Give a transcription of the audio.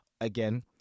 Again